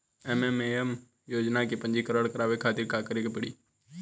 SMAM योजना में पंजीकरण करावे खातिर का का करे के पड़ी?